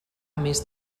més